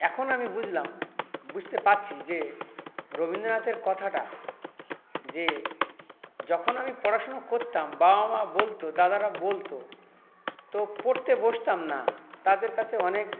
এখন আমি বুঝলাম বুঝতে পারছি যে রবীন্দ্রনাথের কথাটা যে যখন আমি পড়াশোনা করতাম বাবা মা বলত দাদারা বলত তো পড়তে বসতাম না তাদের কাছে অনেক